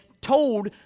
told